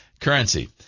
currency